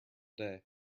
day